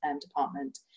department